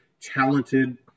talented